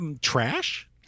trash